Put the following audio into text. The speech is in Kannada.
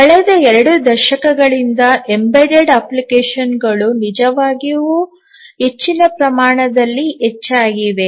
ಕಳೆದ ಎರಡು ದಶಕಗಳಿಂದ ಎಂಬೆಡೆಡ್ ಅಪ್ಲಿಕೇಶನ್ಗಳು ನಿಜವಾಗಿಯೂ ಹೆಚ್ಚಿನ ಪ್ರಮಾಣದಲ್ಲಿ ಹೆಚ್ಚಾಗಿದೆ